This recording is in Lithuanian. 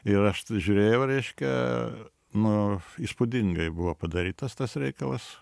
ir aš t žiūrėjau reiškia nu įspūdingai buvo padarytas tas reikalas